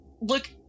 look